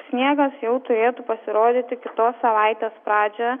sniegas jau turėtų pasirodyti kitos savaitės pradžioje